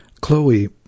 Chloe